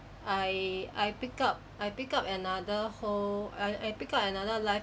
I I picked up I picked up another whole I I pick up another life